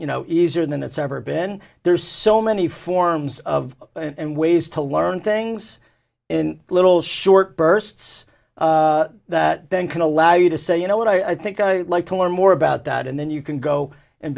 you know easier than it's ever been there's so many forms of and ways to learn things in little short bursts that then can allow you to say you know what i think i like to learn more about that and then you can go and